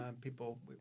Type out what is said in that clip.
people